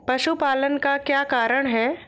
पशुपालन का क्या कारण है?